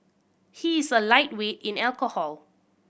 he is a lightweight in alcohol